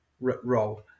role